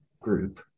group